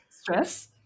Stress